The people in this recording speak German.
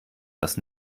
das